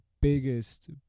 biggest